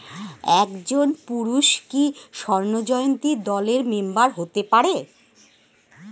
একজন পুরুষ কি স্বর্ণ জয়ন্তী দলের মেম্বার হতে পারে?